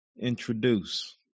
introduce